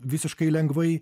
visiškai lengvai